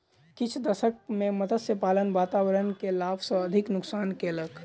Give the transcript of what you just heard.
किछ दशक में मत्स्य पालन वातावरण के लाभ सॅ अधिक नुक्सान कयलक